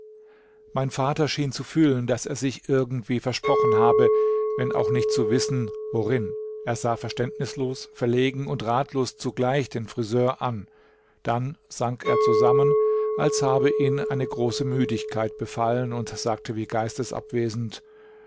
mein vater schien zu fühlen daß er sich irgendwie versprochen habe wenn auch nicht zu wissen worin er sah verständnislos verlegen und ratlos zugleich den friseur an dann sank er zusammen als habe ihn eine große müdigkeit befallen und sagte wie geistesabwesend